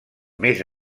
més